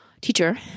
teacher